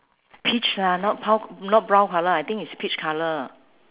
peach lah not bro~ not brown colour I think is peach colour